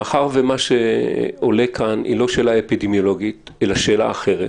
מאחר ומה שעולה כאן הוא לא שאלה אפידמיולוגית אלא שאלה אחרת,